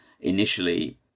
initially